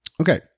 Okay